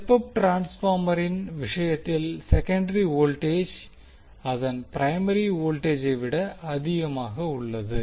step up டிரான்ஸ்பார்மரின் விஷயத்தில் secondary voltage அதன் ப்ரைமரி வோல்டேஜை விட அதிகமாக உள்ளது